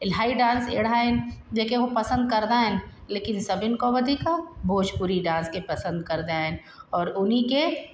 इलाही डांस अहिड़ा आहिनि जेके हू पसंदि कंदा आहिनि लेकिनि सभिनी खां वधीक भोजपुरी डांस खे पसंदि कंदा आहिनि और हुनखे